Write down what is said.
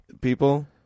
people